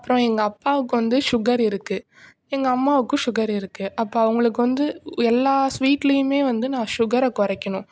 அப்புறம் எங்கள் அப்பாவுக்கு வந்து ஷுகர் இருக்குது எங்கள் அம்மாவுக்கு ஷுகர் இருக்குது அப்போ அவங்களுக்கு வந்து எல்லா ஸ்வீட்லையுமே வந்து நான் ஷுகரை குறைக்கணும்